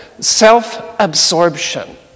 self-absorption